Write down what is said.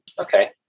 Okay